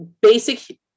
basic